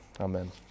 Amen